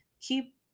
keep